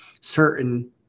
certain